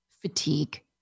fatigue